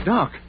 Doc